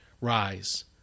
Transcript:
Rise